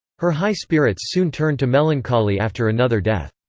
her high spirits soon turned to melancholy after another death.